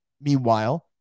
meanwhile